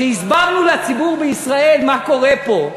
כשהסברנו לציבור בישראל מה קורה פה,